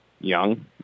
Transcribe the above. Young